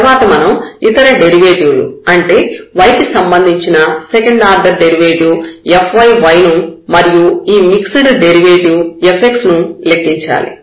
తర్వాత మనం ఇతర డెరివేటివ్ లు అంటే y కి సంబంధించిన సెకండ్ ఆర్డర్ డెరివేటివ్ fyy ను మరియు ఈ మిక్సిడ్ డెరివేటివ్ fxy ని లెక్కించాలి